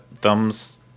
thumbs